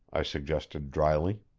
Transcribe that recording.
i suggested dryly.